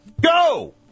Go